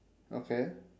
okay